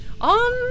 On